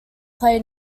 play